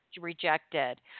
rejected